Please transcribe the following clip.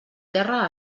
terra